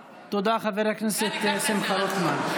תודה, חבר הכנסת שמחה רוטמן.